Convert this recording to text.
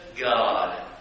God